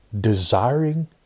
desiring